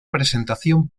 presentación